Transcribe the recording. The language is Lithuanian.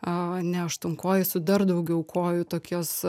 o ne aštuonkojis su dar daugiau kojų tokios